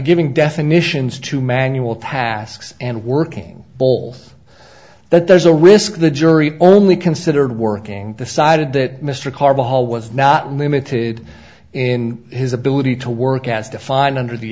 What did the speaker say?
giving definitions to manual tasks and working bowls that there's a risk the jury only considered working the sided that mr karr bohol was not limited in his ability to work as defined under the